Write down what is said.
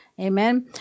Amen